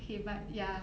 okay but ya